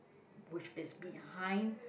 bush is behind